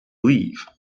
leave